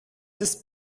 ist